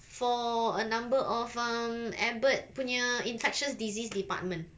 for a number of um albert punya infectious disease department